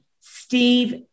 Steve